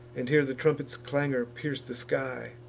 and hear the trumpet's clangor pierce the sky.